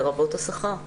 לרבות השכר.